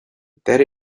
that